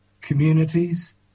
communities